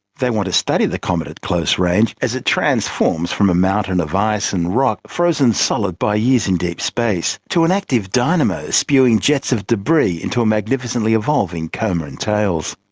they want to study the comet at close range as it transforms from a mountain of ice and rock, frozen solid by years in deep space, to an active dynamo spewing jets of debris into a magnificently evolving coma and tails.